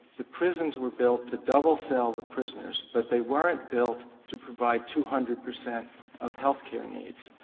the prisons were built to double-cell the prisoners, but they weren't built to provide two hundred percent of healthcare needs.